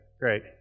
great